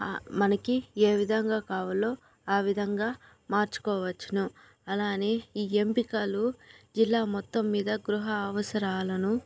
మనకు ఏ విధంగా కావాలో ఆ విధంగా మార్చుకోవచ్చును అలా అని ఈ ఎంపికలు జిల్లా మొత్తం మీద గృహ అవసరాలను